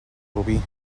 rubí